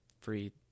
free